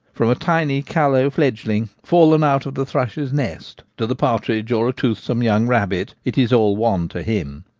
from a tiny callow fledgling, fallen out of the thrush's nest, to the partridge or a toothsome young rabbit, it is all one to him.